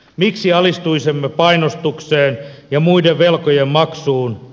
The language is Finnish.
miksi alistuisimme painostukseen ja muiden velkojen maksuun